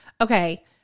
okay